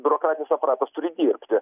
brokatinis aparatas turi dirbti